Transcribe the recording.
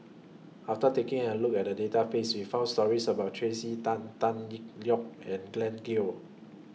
after taking A Look At The Database We found stories about Tracey Tan Tan Yee Liong and Glen Goei